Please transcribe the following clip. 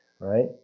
Right